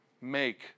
make